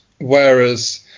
whereas